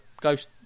ghost